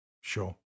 Sure